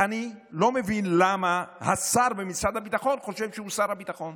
אני לא מבין למה השר במשרד הביטחון חושב שהוא שר הביטחון.